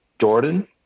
jordan